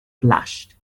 blushed